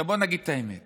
בוא נגיד את האמת